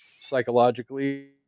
psychologically